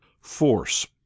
FORCE